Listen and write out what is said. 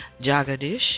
Jagadish